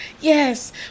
yes